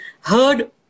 heard